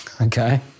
okay